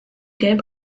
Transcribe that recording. gelb